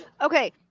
Okay